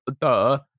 Duh